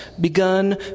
begun